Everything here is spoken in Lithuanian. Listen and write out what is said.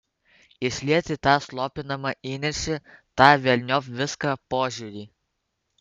išlieti tą slopinamą įniršį tą velniop viską požiūrį